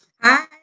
Hi